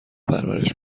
پرورش